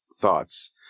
thoughts